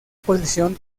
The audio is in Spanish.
posición